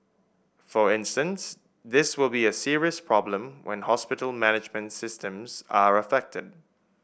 for instance this will be a serious problem when hospital management systems are affected